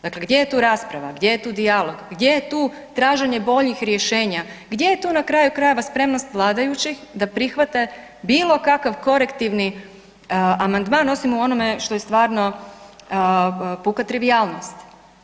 Dakle, gdje je tu rasprava, gdje je tu dijalog, gdje je tu traženje boljih rješenja, gdje je tu, na kraju krajeva, spremnost vladajućih da prihvate bilo kakav korektivni amandman, osim u onome što je stvarno puka trivijalnost.